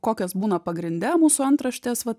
kokios būna pagrinde mūsų antraštės vat